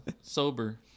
sober